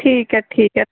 ਠੀਕ ਹੈ ਠੀਕ ਹੈ